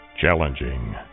challenging